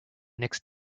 next